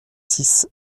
six